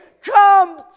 Come